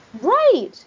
Right